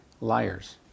liars